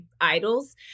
idols